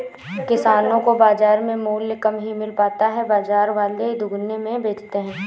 किसानो को बाजार में मूल्य कम ही मिल पाता है बाजार वाले दुगुने में बेचते है